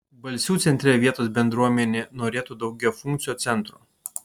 balsių centre vietos bendruomenė norėtų daugiafunkcio centro